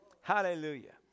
Hallelujah